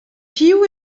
piv